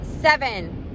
Seven